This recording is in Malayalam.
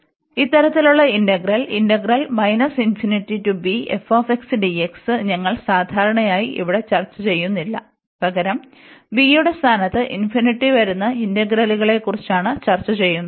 അതിനാൽ ഇത്തരത്തിലുള്ള ഇന്റഗ്രൽ ഞങ്ങൾ സാധാരണയായി ഇവിടെ ചർച്ച ചെയ്യുന്നില്ല പകരം bയുടെ സ്ഥാനത്തു ഇൻഫിനിറ്റി വരുന്ന ഇന്റഗ്രലുകളെക്കുറിച്ചാണ് ചർച്ച ചെയ്യുന്നത്